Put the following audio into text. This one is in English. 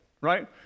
right